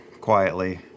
quietly